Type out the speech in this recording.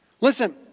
Listen